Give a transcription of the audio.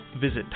visit